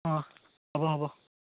অঁ হ'ব হ'ব